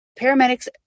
paramedics